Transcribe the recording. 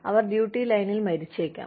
അവർ duty ലൈനിൽ മരിച്ചേക്കാം